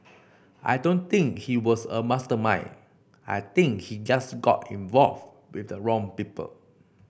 I don't think he was a mastermind I think he just got involved with the wrong people